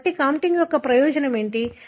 కాబట్టి కాంటిగ్ యొక్క ప్రయోజనం ఏమిటి